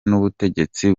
n’ubutegetsi